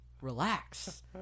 Relax